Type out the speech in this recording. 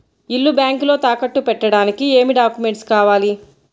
ఇల్లు బ్యాంకులో తాకట్టు పెట్టడానికి ఏమి డాక్యూమెంట్స్ కావాలి?